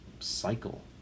cycle